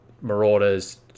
Marauders